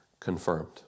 Confirmed